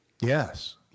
Yes